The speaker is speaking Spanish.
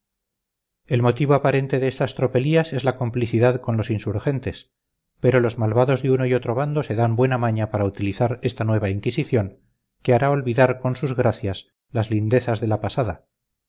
el motivo aparente de estas tropelías es la complicidad con los insurgentes pero los malvados de uno y otro bando se dan buena maña para utilizar esta nueva inquisición que hará olvidar con sus gracias las lindezas de la pasada